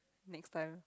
next time